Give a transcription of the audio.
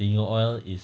singer oil is